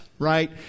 Right